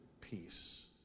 peace